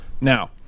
Now